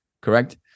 Correct